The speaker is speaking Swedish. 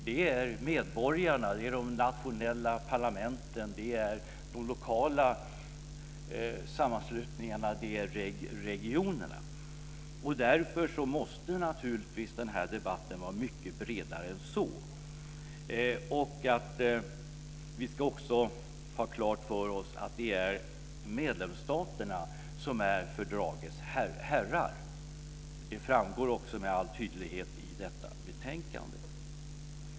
Den består av medborgarna, de nationella parlamenten, de lokala sammanslutningarna och regionerna. Därför måste den här debatten vara mycket bredare än så. Vi ska också ha klart för oss att det är medlemsstaterna som är fördragets herrar. Det framgår också med all tydlighet av dagens betänkande.